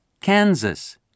Kansas